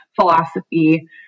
philosophy